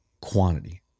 quantity